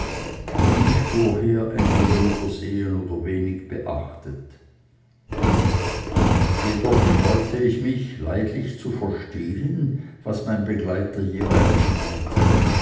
die ich vorher entweder übersehen oder wenig beachtet jedoch freute ich mich leidlich zu verstehen was mein begleiter jeweilig meinte